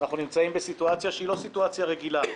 אנחנו נמצאים בסיטואציה שהיא לא סיטואציה רגילה.